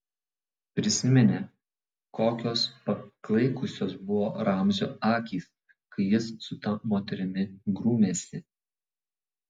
prisiminė kokios paklaikusios buvo ramzio akys kai jis su ta moterimi grūmėsi